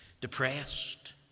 depressed